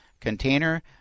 container